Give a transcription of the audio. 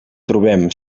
trobem